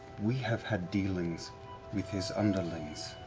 we have had dealings with his underlings.